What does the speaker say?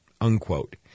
Unquote